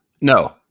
No